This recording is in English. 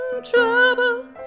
trouble